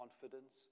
confidence